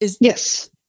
Yes